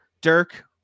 Dirk